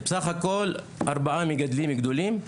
בסך הכול ארבעה מגדלים גדולים,